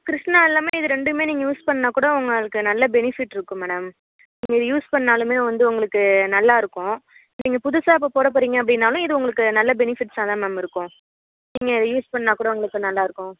கிருஷ்ணா இல்லாமல் இது ரெண்டுமே நீங்கள் யூஸ் பண்ணாக்கூட உங்களுக்கு நல்ல பெனிஃபிட்யிருக்கும் மேடம் நீங்கள் யூஸ் பண்ணாலுமே வந்து உங்களுக்கு நல்லாயிருக்கும் நீங்கள் புதுசாக இப்போ போட போகறீங்க அப்படின்னாலும் இது உங்களுக்கு நல்ல பெனிஃபிட்ஸாக தான் மேம் இருக்கும் நீங்கள் யூஸ் பண்ணாக்கூட உங்களுக்கு நல்லாயிருக்கும்